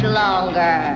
longer